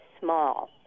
small